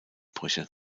brüche